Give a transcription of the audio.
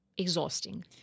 exhausting